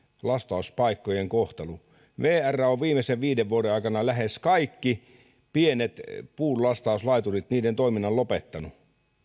lastauspaikkojen kohtelusta vr on viimeisen viiden vuoden aikana lähes kaikkien pienten puunlastauslaiturien toiminnan lopettanut